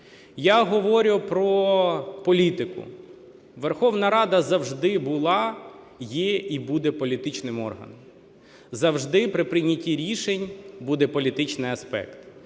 я говорю про політику. Верховна Рада завжди була, є і буде політичним органом. Завжди при прийнятті рішень буде політичний аспект.